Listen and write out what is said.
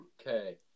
Okay